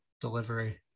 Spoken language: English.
delivery